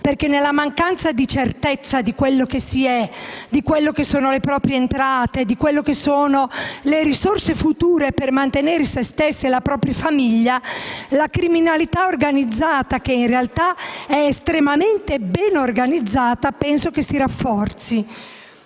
proprio nella mancanza di certezza di quello che si è, delle proprie entrate, delle risorse future per mantenere sé stessi e la propria famiglia, la criminalità organizzata, che in realtà è estremamente ben organizzata, si rafforza.